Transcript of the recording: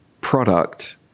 product